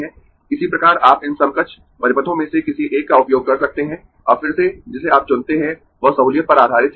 इसी प्रकार आप इन समकक्ष परिपथों में से किसी एक का उपयोग कर सकते है अब फिर से जिसे आप चुनते है वह सहूलियत पर आधारित है